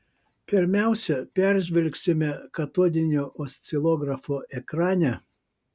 pirmiausia peržvelgsime katodinio oscilografo ekrane